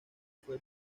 fue